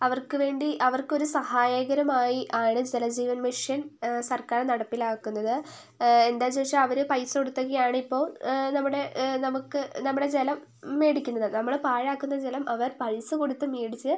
അവർക്ക് വേണ്ടി അവർക്ക് ഒരു സഹായകരമായി ആണ് ജലജീവൻ മിഷൻ സർക്കാർ നടപ്പിലാക്കുന്നത് എന്താ ചോദിച്ചാൽ അവർ പൈസ കൊടുത്തൊക്കെയാണ് ഇപ്പോൾ നമ്മുടെ നമുക്ക് നമ്മുടെ ജലം മേടിക്കുന്നത് നമ്മൾ പാഴാക്കുന്ന ജലം അവർ പൈസ കൊടുത്ത് മേടിച്ച്